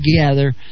together